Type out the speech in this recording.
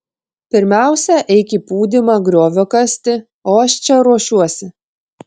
pirmiausia eik į pūdymą griovio kasti o aš čia ruošiuosi